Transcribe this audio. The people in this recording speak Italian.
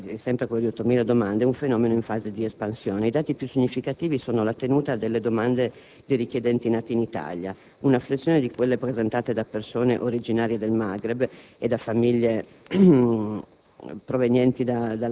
è un *trend* (8.000 domande) in crescita, un fenomeno in fase di espansione. I dati più significativi sono la tenuta delle domande dei richiedenti nati in Italia, una flessione di quelle presentate da persone originarie del Maghreb e da famiglie